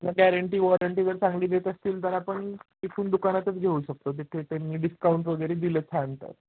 guarantee warranty जर चांगली देत असतील तर आपण तिथून दुकानातच घेऊ शकतो तिथे त्यांनी डिस्काउंट वगैरे दिले छान तर